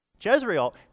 Jezreel